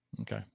Okay